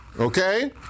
Okay